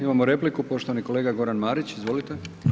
Imamo repliku, poštovani kolega Goran Marić, izvolite.